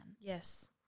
Yes